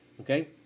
Okay